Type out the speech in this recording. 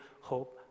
hope